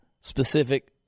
specific